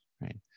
right